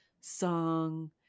song